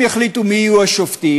הם יחליטו מי יהיו השופטים,